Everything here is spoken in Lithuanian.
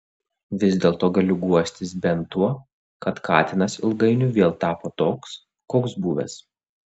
vis dėlto galiu guostis bent tuo kad katinas ilgainiui vėl tapo toks koks buvęs